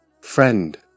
friend